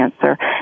cancer